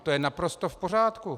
To je naprosto v pořádku.